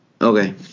Okay